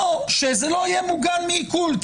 או שזה לא יהיה מוגן מעיקול,